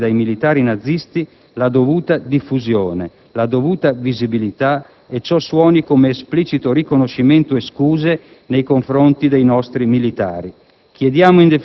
perpetrati dai militari nazisti, la dovuta diffusione, la dovuta visibilità e ciò suoni come esplicito riconoscimento e scuse nei confronti dei nostri militari.